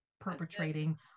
perpetrating